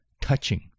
touching